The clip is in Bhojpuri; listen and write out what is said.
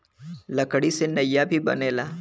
लकड़ी से नईया भी बनेला